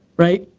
right.